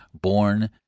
Born